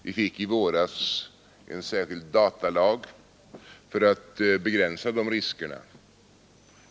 Vi fick i våras en särskild datalag för att begränsa de riskerna.